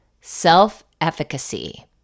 self-efficacy